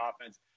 offense